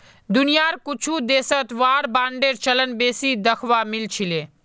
दुनियार कुछु देशत वार बांडेर चलन बेसी दखवा मिल छिले